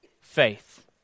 faith